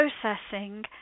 processing